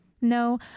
no